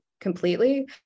completely